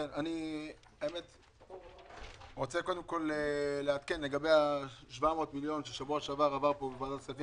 אני רוצה לעדכן לגבי ה-700 מיליון שעברו בוועדת הכספים